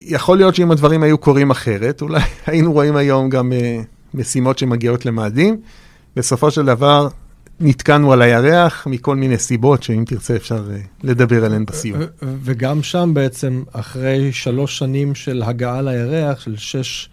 יכול להיות שאם הדברים היו קורים אחרת, אולי היינו רואים היום גם משימות שמגיעות למאדים, בסופו של דבר נתקענו על הירח מכל מיני סיבות, שאם תרצה אפשר לדבר עליהן בסיום. וגם שם בעצם, אחרי שלוש שנים של הגעה לירח, של שש...